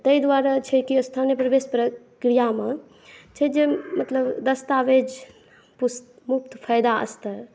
तऽ तैं दुआरे छै जे स्थानीय प्रवेश प्रक्रियामे छै जे मतलब दस्तावेज पुस्त मुफ़्त फ़ायदा स्तर